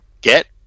get